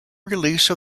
release